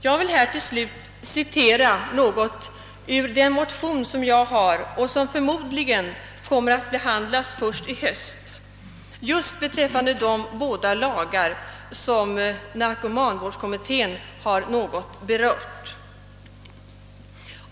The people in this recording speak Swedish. Jag vill till slut citera ett avsnitt ur en motion som jag har väckt men som förmodligen kommer att behandlas först i höst. Motionen gäller just de båda lagar som narkomanvårdskommittén något berört.